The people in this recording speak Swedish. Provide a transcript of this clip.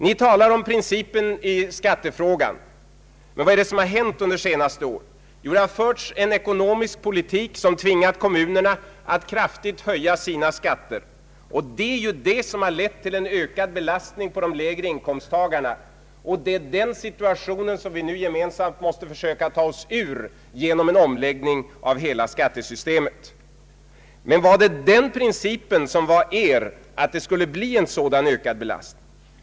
Ni talar om principen i skattefrågan, men vad är det som har hänt under senare år? Jo, det har förts en ekonomisk politik som tvingat kommunerna att kraftigt höja sina skatter. Detta har lett till en ökad belastning på de lägre inkomsttagarna, och den situationen måste vi nu gemensamt försöka ta oss ur genom en omläggning av hela skattesystemet. Men var det den principen som var er, att det skulle bli en sådan ökad belastning?